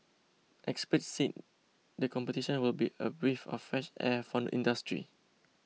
experts said the competition will be a breath of fresh air for the industry